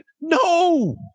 No